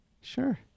sure